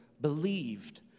believed